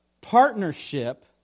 partnership